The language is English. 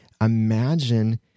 Imagine